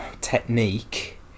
technique